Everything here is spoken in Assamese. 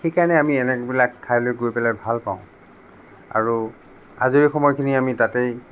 সেইকাৰণে আমি এনেবিলাক ঠাইলৈ গৈ পেলাই ভালপাওঁ আৰু আজৰি সময়খিনি আমি তাতেই